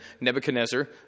Nebuchadnezzar